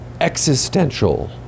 existential